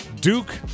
Duke